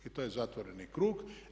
I to je zatvoreni krug.